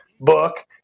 book